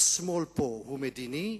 השמאל פה הוא מדיני,